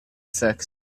fix